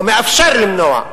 או מאפשר למנוע,